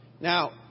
Now